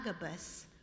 agabus